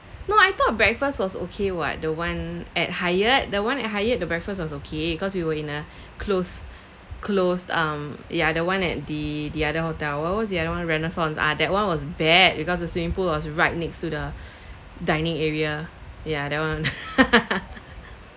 no I thought breakfast was okay [what] the one at Hyatt the one at Hyatt the breakfast was okay cause we were in a closed closed um ya the one at the the other hotel what was the other one renaissance ah that one was bad because the swimming pool was right next to the dining area ya that one